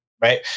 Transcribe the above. Right